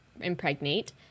impregnate